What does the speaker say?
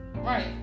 Right